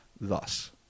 thus